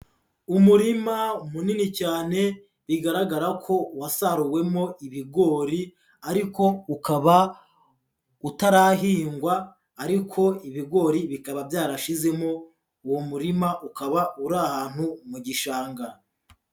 Umurima munini cyane bigaragara ko wasaruwemo ibigori ariko ukaba utarahingwa ariko ibigori bikaba byarashizemo, uwo murima ukaba uri ahantu mu gishanga.